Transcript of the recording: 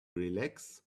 relax